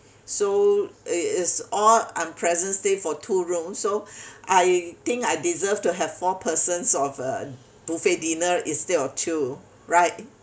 so is all unpleasant stay for two room so I think I deserve to have four persons of uh buffet dinner instead of two right